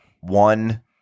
One